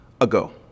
ago